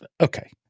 Okay